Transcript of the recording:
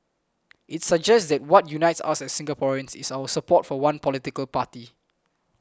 it suggests that what unites us Singaporeans is our support for one political party